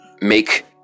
Make